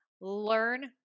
learn